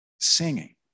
Singing